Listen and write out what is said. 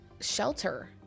shelter